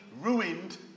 ruined